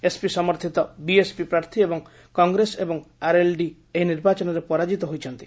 SP ସମର୍ଥିତ BSP ପ୍ରାର୍ଥୀ ଏବଂ କଂଗ୍ରେସ ଏବଂ ଆର୍ଏଲ୍ଡି ଏହି ନିର୍ବାଚନରେ ପରାଜିତ ହୋଇଛନ୍ତି